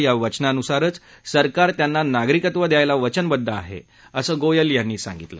या वचनानुसारच सरकार त्यांना नागरिकत्व द्यायला वचनबद्ध आहे असं गोयल यांनी सांगितलं